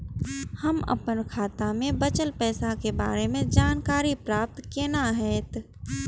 हम अपन खाता में बचल पैसा के बारे में जानकारी प्राप्त केना हैत?